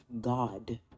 God